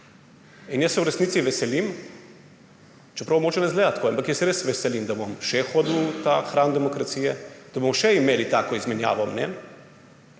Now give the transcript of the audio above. In jaz se v resnici veselim, čeprav mogoče ne zgleda tako, ampak jaz se res veselim, da bom še hodil v ta hram demokracije, da bomo še imeli tako izmenjavo mnenj.